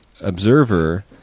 observer